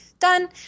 done